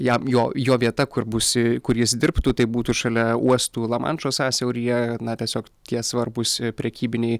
jam jo jo vieta kur busi kur jis dirbtų tai būtų šalia uostų lamanšo sąsiauryje na tiesiog tie svarbūs prekybiniai